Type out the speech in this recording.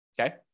Okay